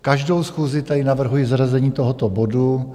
Každou schůzi tady navrhuji zařazení tohoto bodu.